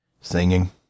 Singing